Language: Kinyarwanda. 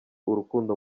urukundo